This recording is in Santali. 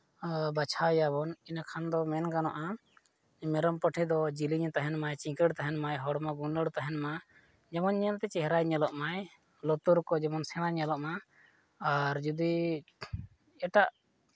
ᱵᱟᱪᱷᱟᱣ ᱮᱭᱟᱵᱚᱱ ᱮᱸᱰᱮᱠᱷᱟᱱ ᱫᱚ ᱢᱮᱱ ᱜᱟᱱᱚᱜᱼᱟ ᱢᱮᱨᱚᱢ ᱯᱟᱹᱴᱷᱤ ᱫᱚ ᱡᱮᱞᱮᱧᱮ ᱛᱟᱦᱮᱱ ᱢᱟᱭ ᱪᱤᱠᱟᱹᱲᱮ ᱛᱟᱦᱮᱱ ᱢᱟᱭ ᱦᱚᱲᱢᱚ ᱜᱩᱞᱟᱹᱰ ᱛᱟᱦᱮᱱ ᱢᱟ ᱡᱮᱢᱚᱱ ᱧᱮᱞᱛᱮ ᱪᱮᱦᱨᱟᱭ ᱧᱮᱞᱚᱜ ᱢᱟᱭ ᱞᱩᱛᱩᱨ ᱠᱚ ᱡᱮᱢᱚᱱ ᱥᱮᱬᱟ ᱧᱮᱞᱚᱜ ᱢᱟ ᱟᱨ ᱡᱩᱫᱤ ᱮᱴᱟᱜ